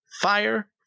fire